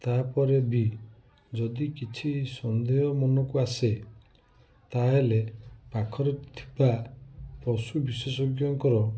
ତାପରେ ବି ଯଦି କିଛି ସନ୍ଦେହ ମନ କୁ ଆସେ ତାହେଲେ ପାଖରେ ଥିବା ପଶୁ ବିଶେଷଜ୍ଞଙ୍କର